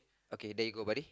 okay there you go buddy